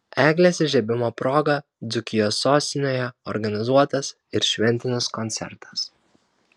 eglės įžiebimo proga dzūkijos sostinėje organizuotas ir šventinis koncertas